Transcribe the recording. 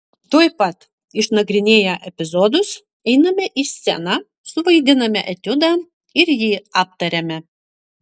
tuoj pat išnagrinėję epizodus einame į sceną suvaidiname etiudą ir jį aptariame